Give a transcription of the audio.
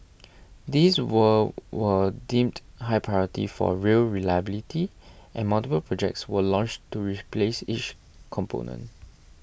these were were deemed high priority for rail reliability and multiple projects were launched to replace each component